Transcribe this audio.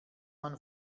man